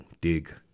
dig